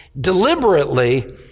deliberately